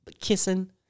Kissing